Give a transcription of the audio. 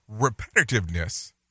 repetitiveness